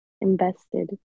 invested